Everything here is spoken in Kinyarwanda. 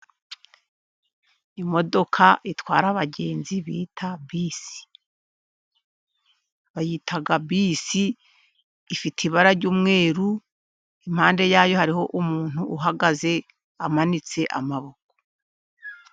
Imodoka itwara abagenzi bita bisi, bayita bisi, ifite ibara ry'umweru, impande yayo hari umuntu uhagaze, amanitse amaboko.